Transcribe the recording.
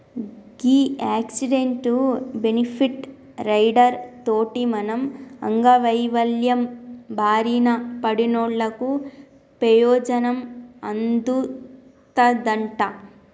గీ accident, benefit rider తోటి మనం అంగవైవల్యం బారిన పడినోళ్ళకు పెయోజనం అందుతదంట